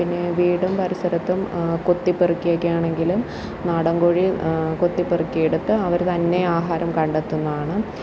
പിന്നെ വീടും പരിസരത്തും കൊത്തിപ്പെറുക്കിയൊക്കെ ആണെങ്കിലും നാടൻ കോഴി കൊത്തിപ്പെറുക്കിയെടുത്ത് അവർ തന്നെ ആഹാരം കണ്ടെത്തുന്നതാണ്